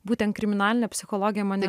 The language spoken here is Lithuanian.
būtent kriminalinė psichologija mane